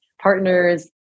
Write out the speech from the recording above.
partners